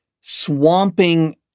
swamping